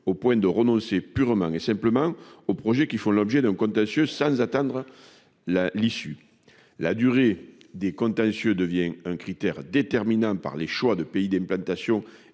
au point de renoncer purement et simplement aux projets qui font l'objet d'un contentieux sans en attendre l'issue. La durée des contentieux devient un critère déterminant pour les choix de pays d'implantation.